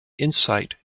insight